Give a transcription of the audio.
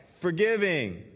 Forgiving